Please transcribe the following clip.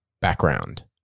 background